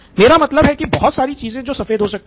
मेरा मतलब है कि बहुत सारी चीजें हैं जो सफेद हो सकती हैं